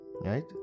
Right